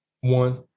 One